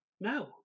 No